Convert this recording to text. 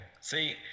See